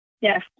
Yes